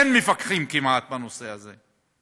אין מפקחים כמעט בנושא הזה.